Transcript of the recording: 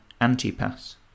Antipas